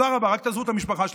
רק תעזבו את המשפחה שלי.